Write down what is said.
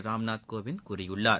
ராம்நாத் கோவிந்த் கூறியுள்ளார்